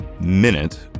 minute